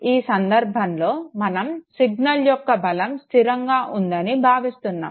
ఈ సంధర్భంలో మనం సిగ్నల్ యొక్క బలం స్థిరంగా ఉందని భావిస్తున్నాము